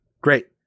Great